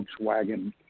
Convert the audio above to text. Volkswagen